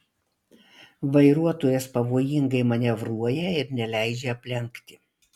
vairuotojas pavojingai manevruoja ir neleidžia aplenkti